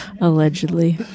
Allegedly